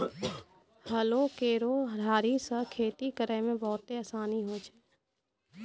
हलो केरो धारी सें खेती करै म बहुते आसानी होय छै?